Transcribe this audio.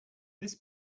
this